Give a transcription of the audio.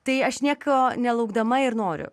tai aš nieko nelaukdama ir noriu